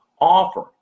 offer